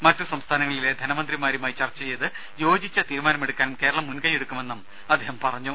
മറ്റ് സംസ്ഥാനങ്ങളിലെ ധനമന്ത്രിമാരുമായി ചർച്ച ചെയ്ത് യോജിച്ച തീരുമാനമെടുക്കാൻ കേരളം മുൻകയ്യെടുക്കുമെന്നും അദ്ദേഹം പറഞ്ഞു